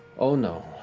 oh, no.